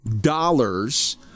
dollars